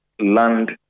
land